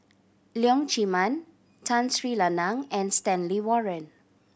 Leong Chee Mun Tun Sri Lanang and Stanley Warren